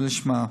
ולשמ"ה.